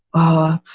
ah,